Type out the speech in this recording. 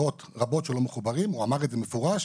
מאות רבות שלא מחוברים' הוא אמר את זה במפורש,